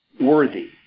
worthy